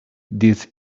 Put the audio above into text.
this